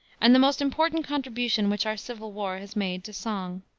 and the most important contribution which our civil war has made to song.